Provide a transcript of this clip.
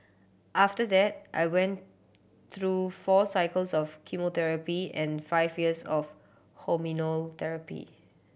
after that I went through four cycles of chemotherapy and five years of hormonal therapy